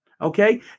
Okay